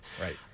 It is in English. right